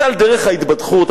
זה על דרך ההתבדחות,